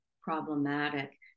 problematic